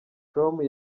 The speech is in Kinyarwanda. com